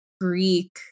Greek